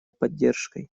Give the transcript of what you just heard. поддержкой